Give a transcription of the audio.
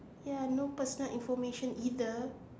ya no personal information either